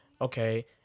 okay